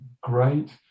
great